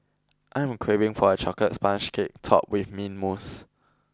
I am craving for a chocolate sponge cake topped with mint mousse